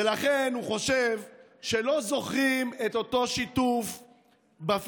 ולכן הוא חושב שלא זוכרים את אותו שיתוף בפייסבוק